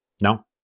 No